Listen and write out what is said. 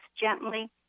gently